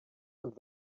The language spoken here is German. und